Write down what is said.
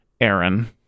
Aaron